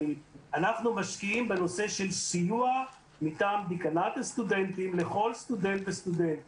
אנחנו משקיעים בנושא של סיוע מטעם דיקנט הסטודנטים לכל סטודנט וסטודנט.